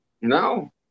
No